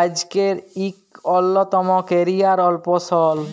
আইজকের ইক অল্যতম ক্যারিয়ার অপসল